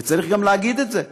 וצריך גם להגיד את זה.